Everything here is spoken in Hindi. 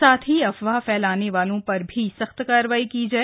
साथ ही अफवाह फ्र्लाने वालों पर भी कार्रवाई की जाए